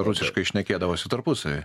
rusiškai šnekėdavosi tarpusavyje